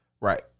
right